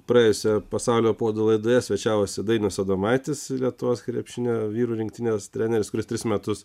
praėjusioje pasaulio puodų laidoje svečiavosi dainos adomaitis lietuvos krepšinio vyrų rinktinės treneris kuris tris metus